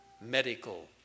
medical